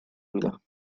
بودم